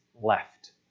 left